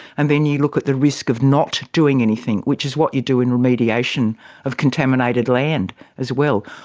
and then you look at the risk of not doing anything, which is what you do in remediation of contaminated land as well.